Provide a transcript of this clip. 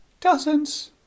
Dozens